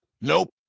Nope